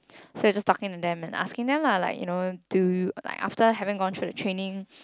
so we were just talking to them and asking them lah like you know do like after having gone through the training